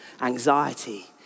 anxiety